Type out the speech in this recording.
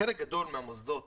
חלק גדול מהמוסדות